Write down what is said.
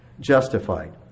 justified